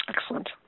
Excellent